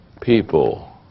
people